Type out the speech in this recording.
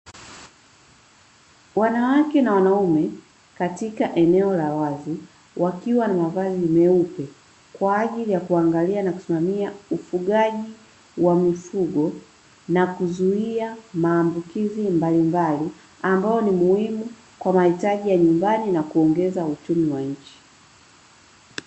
Wanawake na wanaume katika eneo la wazi wakiwa na mavazi meupe, kwa ajili ya kuangalia na kusimamia ufugaji wa mifugo na kuzuia maambukizi mbalimbali ambayo ni muhimu kwa mahitaji ya nyumbani na kuongeza uchumi wa nchi.